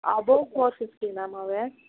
above four fifty ma'am அவ